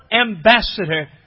ambassador